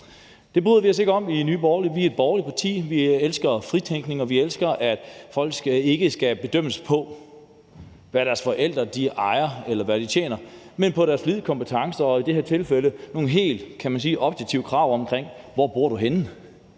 Det bryder vi os i Nye Borgerlige ikke om. Vi er et borgerligt parti; vi elsker fritænkning, og vi mener ikke, at folk skal bedømmes på, hvad deres forældre ejer, eller hvad de tjener, men på deres kompetencer og i det her tilfælde, kan man sige, nogle helt objektive krav omkring, hvor man